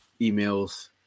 emails